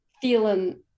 feeling